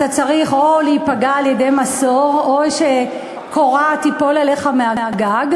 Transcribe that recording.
אתה צריך או להיפגע על-ידי מסור או שקורה תיפול עליך מהגג.